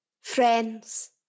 friends